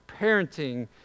parenting